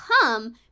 come